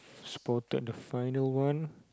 spotted the final one